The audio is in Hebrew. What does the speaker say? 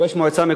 כראש מועצה.